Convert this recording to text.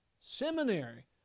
seminary